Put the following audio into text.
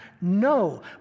No